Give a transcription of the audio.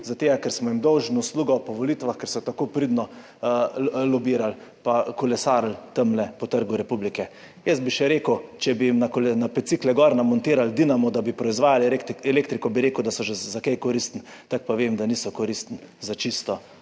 ker smo jim dolžni uslugo po volitvah, ker so tako pridno lobirali pa kolesarili tamle po Trgu republike. Jaz bi še rekel, če bi jim na bicikle gor namontirali dinamo, da bi proizvajali elektriko, bi rekel, da so že za kaj koristni. Tako pa vem, da niso koristni za čisto